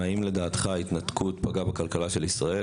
האם לדעתך ההתנתקות פגעה בכלכלה של ישראל?